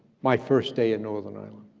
my first day in northern ireland.